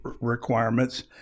requirements